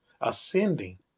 ascending